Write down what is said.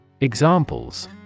Examples